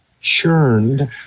churned